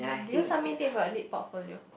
do you submit it for a late portfolio